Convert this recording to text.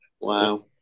wow